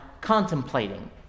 contemplating